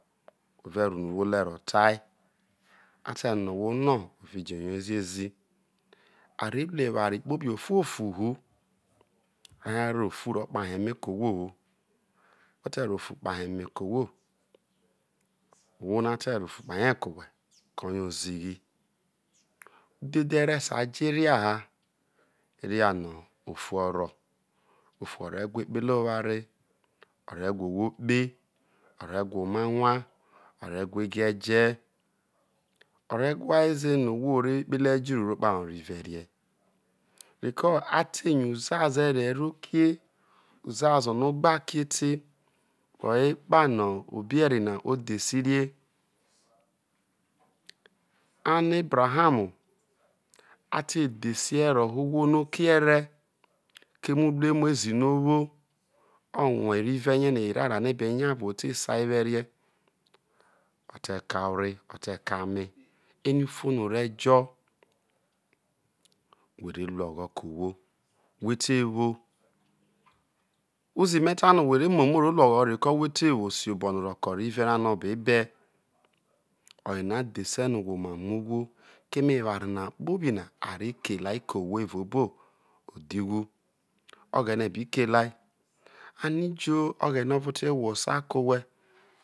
Whe̱ re̱ rro̱ unu wole̱ ro tae a te no̱ owhe̱ ono̱ whe ue je yoi zi ezi are̱ ru oware kpobi ofuofi hu whe hairo̱ ofu ro̱kpahe e̱meke̱ ohwo ho, whe̱te̱ rro ofu kpahe̱ eme ke̱ ohwo, ohwo na te̱ rro ofu kpahie ke̱ owhe koye ho̱ ozighi udhedhe re̱ sai jo̱ ona ha ona no̱ ofu o̱ro̱, ofu ore wha ekpehre oware, o̱ re̱ wha ohwo kpe, o̱ re̱ whuoma nwo, o̱ re̱ wha egre je̱ o̱ re whae ze no ohwo ore wo ekpehre ejiroro kpa he oriue rie̱ reko a te̱ yo uzuazo̱ ere rokie̱, uzuazo no̱ o gba kiete woho epano obe eri na odhese rie ano̱ abraham a tedhese sie wohu ohwo no̱ o ki ere keme uruemu ezi no̱ o wu orue eriue rie erara no a be nyeivre o te sai werie o̱ te̱ kai ore, o̱ te̱ kai, ame ere ufo no̱ orejo whe re ru ogho̱ ke̱ ohwo whe te wo uzi me̱ ta no̱ whe̱ re momo ro ro ogho ho reko̱ whe te wo siobono roke̱ oriue ra no̱ a be be̱ oyena dhese no̱ whe̱ omamo̱ ohwo keme eware na kpobi na a re kele rie ke̱ ohowo evao odhiwo o̱ghe̱ne̱ bi kele ai ano̱ ijo o̱ghe̱ne̱ o̱vo̱ te hwosa ke̱ ohwe.